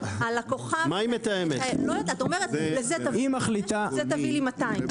--- אומר לזה תביא לי 200,